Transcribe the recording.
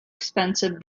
expensive